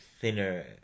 thinner